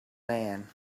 man